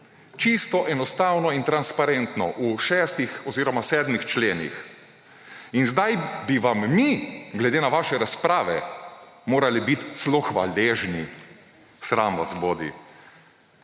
Čisto enostavno in transparentno. V šestih oziroma sedmih členih. In zdaj bi vam mi glede na vaše razprave morali biti celo hvaležni. Sram vas bodi.